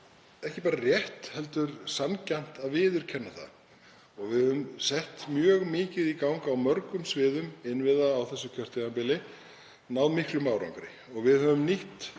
ekki bara rétt heldur sanngjarnt að viðurkenna það. Við höfum sett mjög mikið í gang á mörgum sviðum innviða á þessu kjörtímabili og náð miklum árangri. Við höfum nýtt